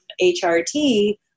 HRT